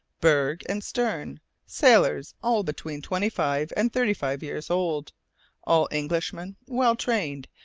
burg, and stern sailors all between twenty-five and thirty-five years old all englishmen, well trained,